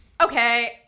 Okay